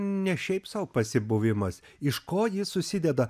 ne šiaip sau pasibuvimas iš ko ji susideda